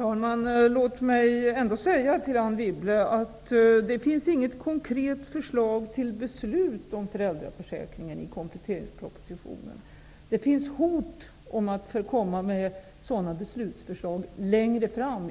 Herr talman! Låt mig ändå säga till Anne Wibble att det inte finns något konkret förslag till beslut om föräldraförsäkringen i kompletteringspropositionen. Det finns i Finansdepartementets inledande avsnitt ett hot om att man skall komma med sådana beslutsförslag längre fram,